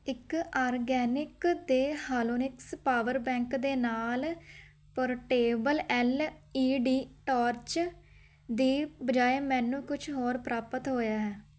ਇੱਕ ਆਰਗੈਨਿਕ ਦੇ Halonix power bank ਦੇ ਨਾਲ portable L E D torch ਦੀ ਬਜਾਏ ਮੈਨੂੰ ਕੁਛ ਹੋਰ ਪ੍ਰਾਪਤ ਹੋਇਆ ਹੈ